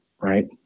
right